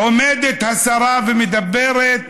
עומדת השרה ומדברת